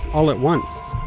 all at once?